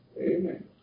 amen